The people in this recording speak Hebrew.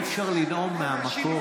אי-אפשר לנאום מהמקום.